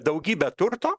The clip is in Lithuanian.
daugybę turto